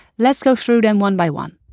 let's go through them one by one.